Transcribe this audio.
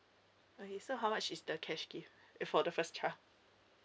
okay so how much is the cash gift if for the first child